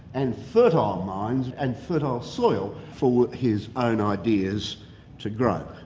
and fertile minds, and fertile soil for his own ideas to grow.